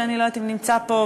שאני לא יודעת אם הוא נמצא פה,